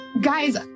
Guys